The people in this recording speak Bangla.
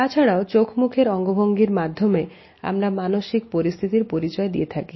তাছাড়াও চোখমুখের অঙ্গভঙ্গি মাধ্যমে আমরা মানসিক পরিস্থিতি পরিচয় দিয়ে থাকি